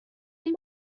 این